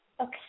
Okay